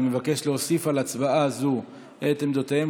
אני מבקש להוסיף על הצבעה זו את עמדותיהם